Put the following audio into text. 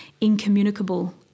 incommunicable